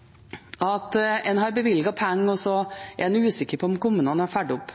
om kommunene har fulgt opp.